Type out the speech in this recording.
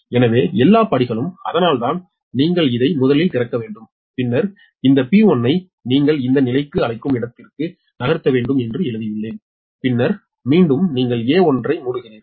எனவே எல்லா படிகளும் அதனால்தான் நீங்கள் இதை முதலில் திறக்க வேண்டும் பின்னர் இந்த P1 ஐ நீங்கள் இந்த நிலைக்கு அழைக்கும் இடத்திற்கு நகர்த்த வேண்டும் என்று எழுதியுள்ளேன் பின்னர் மீண்டும் நீங்கள் A1 ஐ மூடுகிறீர்கள்